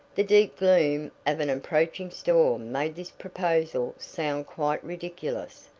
the deep gloom of an approaching storm made this proposal sound quite ridiculous,